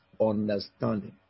understanding